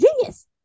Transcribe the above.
genius